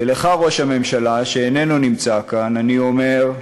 ולך, ראש הממשלה, שאיננו נמצא כאן, אני אומר: